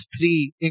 three